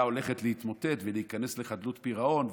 הולכת להתמוטט ולהיכנס לחדלות פירעון,